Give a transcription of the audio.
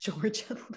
Georgia